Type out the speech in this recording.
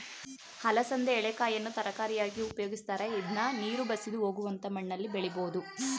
ಅಲಸಂದೆ ಎಳೆಕಾಯನ್ನು ತರಕಾರಿಯಾಗಿ ಉಪಯೋಗಿಸ್ತರೆ, ಇದ್ನ ನೀರು ಬಸಿದು ಹೋಗುವಂತ ಮಣ್ಣಲ್ಲಿ ಬೆಳಿಬೋದು